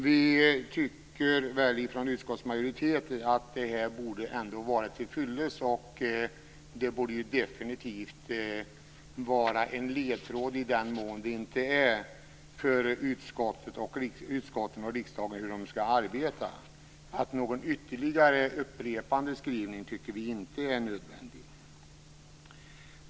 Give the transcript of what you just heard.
Vi i utskottsmajoriteten tycker att det här borde vara till fyllest. Det borde definitivt vara en ledtråd för hur utskotten och riksdagen skall arbeta. Någon ytterligare, upprepande skrivning tycker vi inte är nödvändig.